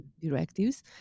directives